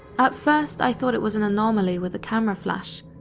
at first i thought it was an anomaly with the camera flash.